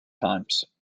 times